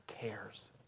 cares